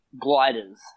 gliders